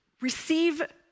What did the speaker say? receive